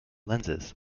lenses